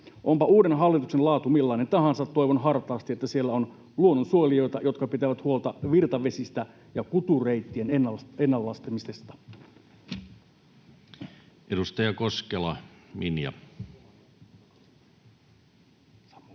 Onpa uuden hallituksen laatu millainen tahansa, toivon hartaasti, että siellä on luonnonsuojelijoita, jotka pitävät huolta virtavesistä ja kutureittien ennallistamisesta. [Speech 15]